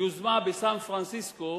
יוזמה בסן-פרנסיסקו